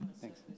Thanks